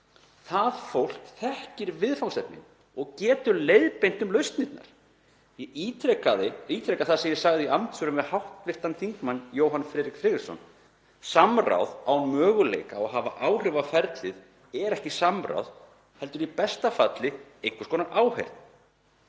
Það fólk þekkir viðfangsefnin og getur leiðbeint um lausnirnar. Ég ítreka það sem ég sagði í andsvörum við hv. þm. Jóhann Friðrik Friðriksson: Samráð sem ekki á möguleika á að hafa áhrif á ferlið er ekki samráð heldur í besta falli einhvers konar áheyrn.